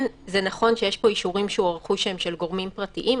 זה נכון שיש פה אישורים שהוארכו שהם של גורמים פרטיים,